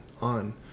on